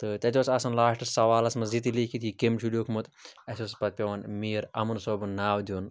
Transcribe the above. تہٕ تَتہِ اوس آسان لاسٹَس سوالَس منٛز یہِ تہِ لیکھِتھ یہِ کٔمۍ چھُ لیوکھمُت اَسہِ اوس پَتہٕ پٮ۪وان میٖر اَمُن صٲبُن ناو دیُن